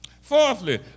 Fourthly